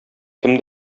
кем